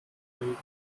legen